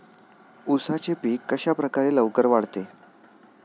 उसाचे पीक कशाप्रकारे लवकर वाढते?